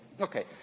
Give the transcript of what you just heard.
Okay